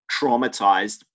traumatized